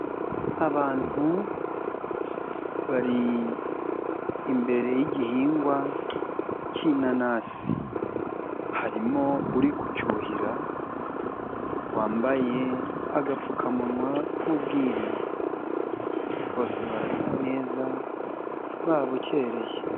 Abantu bari imbere y'igihingwa k'inanasi, harimo uri kucyuhira wambaye agapfukamunwa k'ubwirinzi, bose barasa neza babukereye.